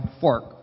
fork